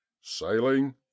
Sailing